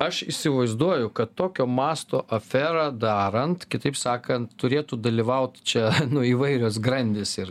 aš įsivaizduoju kad tokio masto aferą darant kitaip sakant turėtų dalyvaut čia nuo įvairios grandys ir